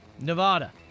Nevada